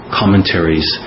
commentaries